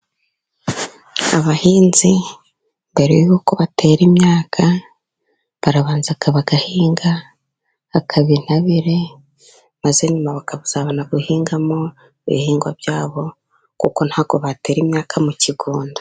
Abahinzi mbere y'uko batera imyaka, barabanza bagahinga akaba intabire, maze nyuma bakazabona guhingamo ibihingwa byabo, kuko ntago batera imyaka mu kigunda.